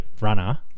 runner